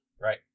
Right